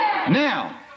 Now